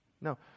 No